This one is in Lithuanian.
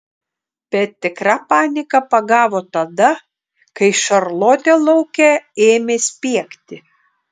bet tikra panika pagavo tada kai šarlotė lauke ėmė spiegti